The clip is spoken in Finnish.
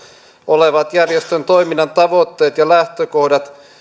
olevat järjestön toiminnan tavoitteet ja lähtökohdat